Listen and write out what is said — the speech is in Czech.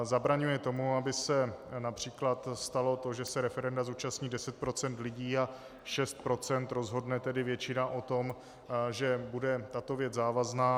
Zabraňuje tomu, aby se například stalo to, že se referenda zúčastní 10 procent lidí a 6 procent rozhodne, tedy většina, o tom, že bude tato věc závazná.